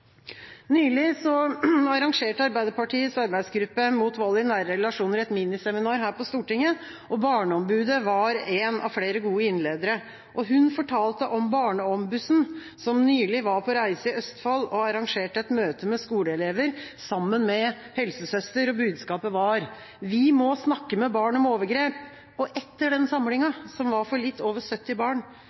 Nylig arrangerte Arbeiderpartiets arbeidsgruppe mot vold i nære relasjoner et miniseminar her på Stortinget. Barneombudet var en av flere gode innledere. Hun fortalte om Barneombussen, som nylig var på reise i Østfold og arrangerte et møte med skoleelever, sammen med helsesøster. Budskapet var: Vi må snakke med barn om overgrep. Etter samlinga, som var for litt over 70 barn,